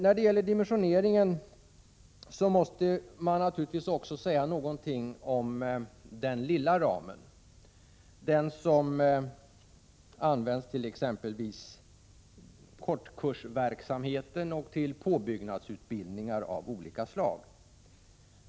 När det gäller dimensioneringen måste några ord sägas om den lilla ramen, som används t.ex. för kortkursverksamheten och till påbyggnadsutbildningar av olika slag.